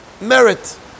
merit